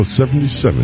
77